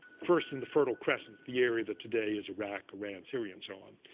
first in the fertile crescent the area that today is iraq, iran, syria and so on.